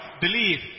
Believe